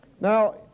Now